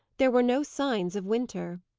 there were no signs of winter.